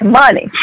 money